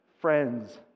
friends